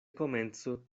komenco